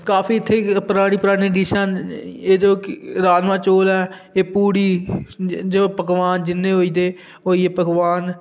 काफी इत्थै परानी परानी डिशां न एह् जो राजमांह् चौल ऐ एह् पुड़ी जो पकोआन जिन्ने होए होई गे पकओन